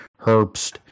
Herbst